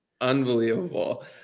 Unbelievable